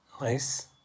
Nice